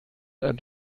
ein